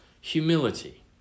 humility